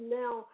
now